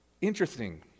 Interesting